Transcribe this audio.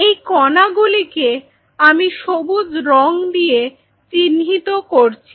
এই কণাগুলোকে আমি সবুজ রঙ দিয়ে চিহ্নিত করছি